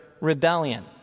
rebellion